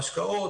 בהשקעות,